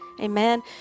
Amen